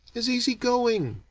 is easy-going,